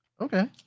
Okay